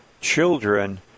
children